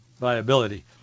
viability